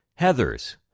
Heathers